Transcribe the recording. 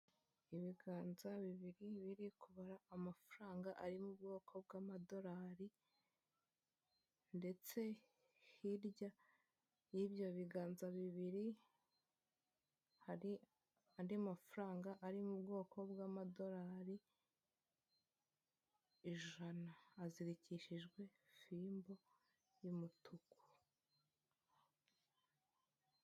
Ibiganza bibiri biri kubara amafaranga ari mu bwoko bw'amadolari ndetse hirya y'ibyo biganza bibiri hari andi mafaranga ari mu bwoko bw'amadolari ijana azirikishijwe fimbo y'umutuku.